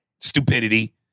stupidity